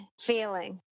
feeling